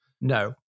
No